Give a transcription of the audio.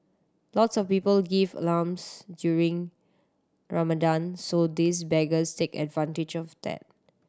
lots of people give alms during Ramadan so these beggars take advantage of that